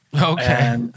Okay